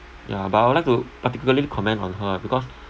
ya but I would like to particularly comment on her ah because